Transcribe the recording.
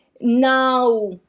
Now